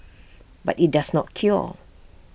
but IT does not cure